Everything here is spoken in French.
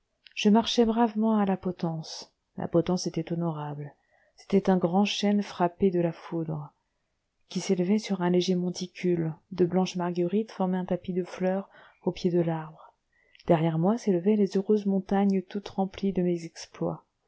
je marchai bravement à la potence la potence était honorable c'était un grand chêne frappé de la foudre qui s'élevait sur un léger monticule de blanches marguerites formaient un tapis de fleurs au pied de l'arbre derrière moi s'élevaient les heureuses montagnes toutes remplies de mes exploits